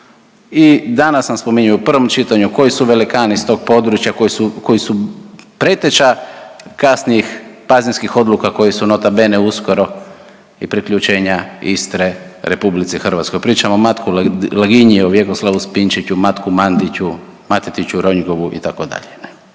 I danas sam spominjao u prvom čitanju koji su velikani s tog područja koji su preteća kasnijih Pazinskih odluka koji su nota bene uskoro i priključenja Istre Republici Hrvatskoj. Pričam o Matku Laginji, Vjekoslavu Spinčiću, Matku Mandiću, Matetiću Ronjgovu itd.,